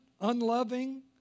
unloving